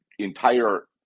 entire